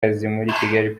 peace